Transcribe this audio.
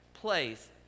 place